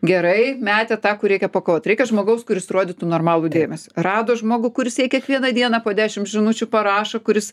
gerai metė tą kur reikia pakovot reikia žmogaus kuris rodytų normalų dėmesį rado žmogų kuris jai kiekvieną dieną po dešim žinučių parašo kuris